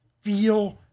feel